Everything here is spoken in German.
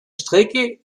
strecke